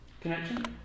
connection